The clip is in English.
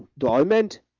diamond!